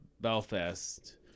Belfast